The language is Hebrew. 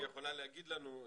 היא יכולה להגיד לנו,